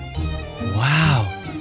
Wow